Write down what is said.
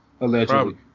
allegedly